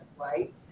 right